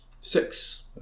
Six